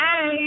Hey